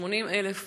של 80,000,